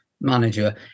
manager